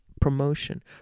promotion